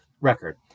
record